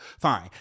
Fine